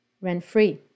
rent-free